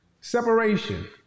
Separation